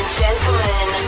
gentlemen